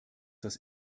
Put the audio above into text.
das